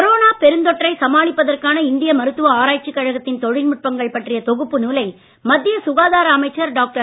corona பெருந்தொற்றை சமாளிப்பதற்கான இந்திய மருத்துவ ஆராய்ச்சிக் கழகத்தின் தொழில்நுட்பங்கள் பற்றிய தொகுப்பு நூலை மத்திய சுகாதார அமைச்சர் டாக்டர்